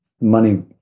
money